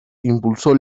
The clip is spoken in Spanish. impulsó